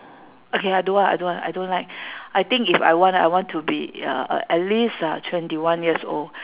okay I don't want I don't want I don't like I think if I want I want to be uh at least uh twenty one years old